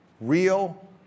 real